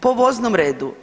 Po voznom redu.